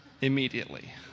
immediately